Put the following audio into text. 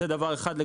זה דבר אחד.